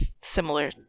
similar